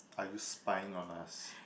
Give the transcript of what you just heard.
are you spying on us